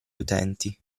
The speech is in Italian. utenti